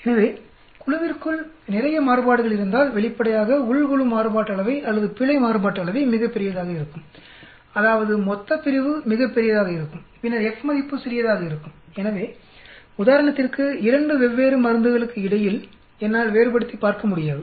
எனவே குழுவிற்குள் நிறைய மாறுபாடுகள் இருந்தால் வெளிப்படையாக உள் குழு மாறுபாட்டு அளவை அல்லது பிழை மாறுபாட்டு அளவை மிகப் பெரியதாக இருக்கும் அதாவது மொத்தப்பிரிவு மிகப் பெரியதாக இருக்கும் பின்னர் F மதிப்பு சிறியதாக இருக்கும் எனவே உதாரணத்திற்கு 2 வெவ்வேறு மருந்துகளுக்கு இடையில் என்னால் வேறுபடுத்திப் பார்க்க முடியாது